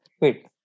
wait